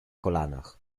kolanach